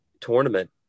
tournament